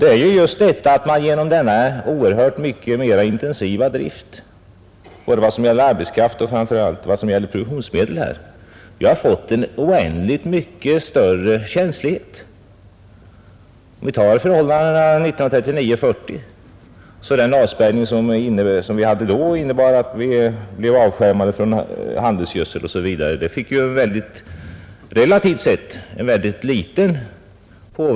Men just genom denna oerhört intensiva drift både i fråga om arbetskraft och framför allt i fråga om produktionsmedel har vi blivit oändligt mera känsliga. Vi kan ta de förhållanden som rådde 1939—1940. Den avspärrning som då inträdde innebar att vi blev avskärmade från handelsgödsel o. d., men den inverkade ytterst litet på produktvolymen.